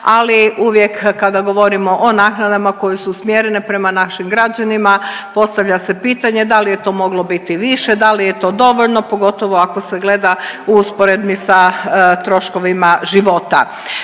Ali uvijek kada govorimo o naknadama koje su usmjerene prema našim građanima postavlja se pitanje da li je to moglo biti više, da li je to dovoljno pogotovo ako se gleda u usporedbi sa troškovima života.